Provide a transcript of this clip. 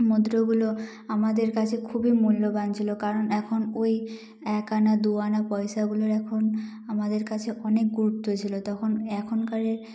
মুদ্রগুলো আমাদের কাছে খুবই মূল্যবান ছিলো কারণ এখন ওই এক আনা দু আনা পয়সাগুলোর এখন আমাদের কাছে অনেক গুরুত্ব ছিলো তখন এখনকারের